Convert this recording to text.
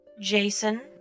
Jason